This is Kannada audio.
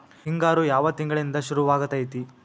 ಹಿಂಗಾರು ಯಾವ ತಿಂಗಳಿನಿಂದ ಶುರುವಾಗತೈತಿ?